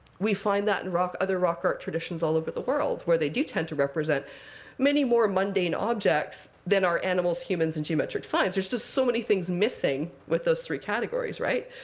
we find that and in other rock art traditions all over the world, where they do tend to represent many more mundane objects than our animals, humans, and geometric signs. there's just so many things missing with those three categories, right?